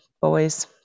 boys